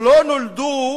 לא נולדו